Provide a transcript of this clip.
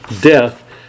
death